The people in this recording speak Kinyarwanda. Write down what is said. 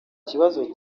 kibazo